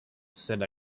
said